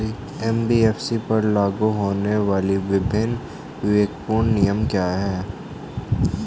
NBFC पर लागू होने वाले विभिन्न विवेकपूर्ण नियम क्या हैं?